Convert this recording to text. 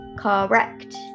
Correct